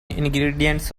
ingredients